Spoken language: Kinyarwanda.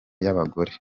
y’abagore